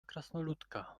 krasnoludka